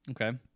Okay